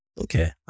Okay